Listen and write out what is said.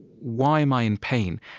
why am i in pain?